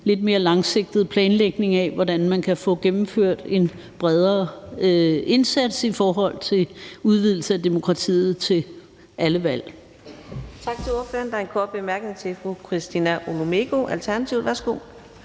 lidt mere langsigtet planlægning af, hvordan man kan få gennemført en bredere indsats i forhold til udvidelse af demokratiet ved alle valg.